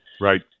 Right